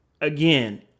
Again